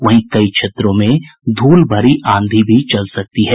वहीं कई क्षेत्रों में धूल भरी आंधी भी चल सकती है